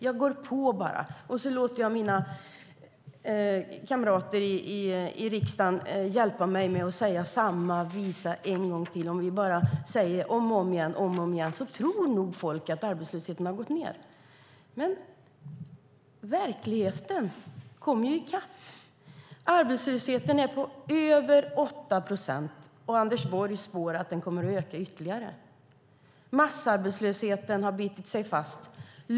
Jag går på bara, och så låter jag mina kamrater i riksdagen hjälpa mig med att säga samma visa en gång till. Om vi bara säger det om och om igen tror nog folk att arbetslösheten har gått ned. Men verkligheten kommer i kapp. Arbetslösheten är på över 8 procent. Anders Borg spår att den kommer att öka ytterligare. Massarbetslösheten har bitit sig fast.